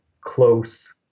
close